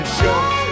show